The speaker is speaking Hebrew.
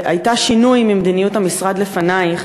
שהייתה שינוי ממדיניות המשרד לפנייך,